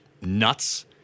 nuts